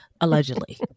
allegedly